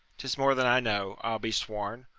it's more than i know, i'll be sworn.